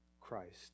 Christ